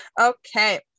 okay